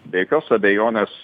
be jokios abejonės